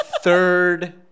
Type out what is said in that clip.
third